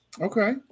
Okay